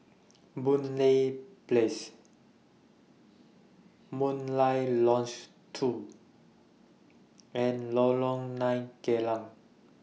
Boon Lay Place Murai Lodge two and Lorong nine Geylang